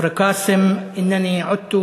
להלן תרגומם לעברית: כפר קאסם/ שבתי